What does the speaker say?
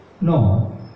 No